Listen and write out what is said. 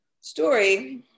story